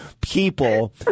people